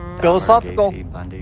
Philosophical